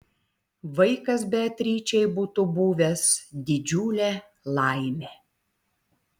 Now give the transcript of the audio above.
vaikas beatričei būtų buvęs didžiulė laimė